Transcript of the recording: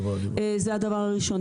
זה הדבר הראשון.